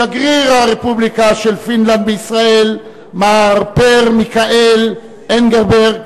שגריר הרפובליקה של פינלנד בישראל מר פר מיקאל אנגברג,